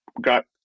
got